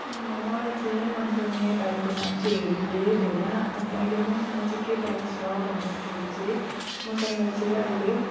मलाई चाहिँ मन पर्ने बाइकको नाम चाहिँ हो बुलेट हैन अनि अहिले मसँग चाहिँ के बाइक छ भन्दाखेरि चाहिँ मसँग चाहिँ अहिले